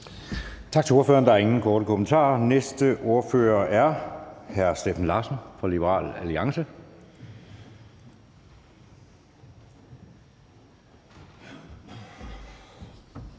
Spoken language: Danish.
Tak til ordføreren. Der er ingen korte bemærkninger. Den næste ordfører er hr. Steffen Larsen fra Liberal Alliance.